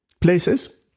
places